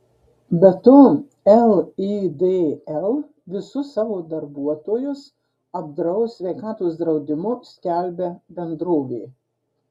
be to lidl visus savo darbuotojus apdraus sveikatos draudimu skelbia bendrovė